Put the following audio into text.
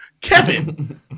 Kevin